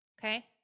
Okay